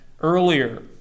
earlier